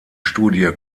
studie